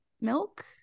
milk